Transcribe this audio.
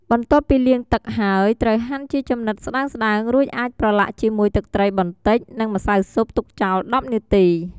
បន្ទាប់ពីលាងទឹកហើយ ត្រូវហាន់ជាចំណិតស្ដើងៗ រួចអាចប្រឡាក់ជាមួយទឹកត្រីបន្តិច និងម្សៅស៊ុប ទុកចោល ១០ នាទី។